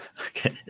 Okay